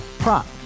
Prop